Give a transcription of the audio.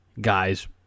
guys